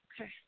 Okay